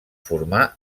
formar